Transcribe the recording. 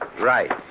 Right